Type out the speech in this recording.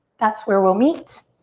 that's where we'll meet.